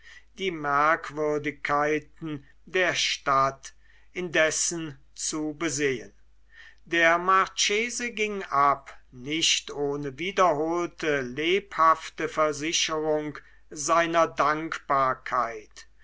die merkwürdigkeiten der stadt indessen zu besehn der marchese ging ab nicht ohne wiederholte lebhafte versicherung seiner dankbarkeit